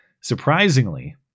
Surprisingly